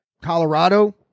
Colorado